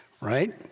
Right